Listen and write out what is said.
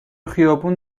خیابون